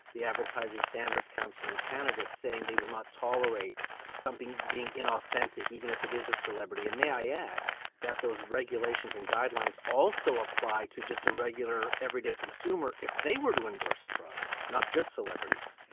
the advertising standards council in canada, saying they will not tolerate something being inauthentic, even if it is a celebrity. and may i add that those regulations and guidelines also apply to just a regular everyday consumer if they were to endorse a product, not just celebrities.